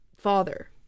father